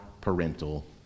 parental